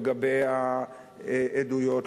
לגבי העדויות,